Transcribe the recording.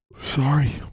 Sorry